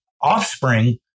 offspring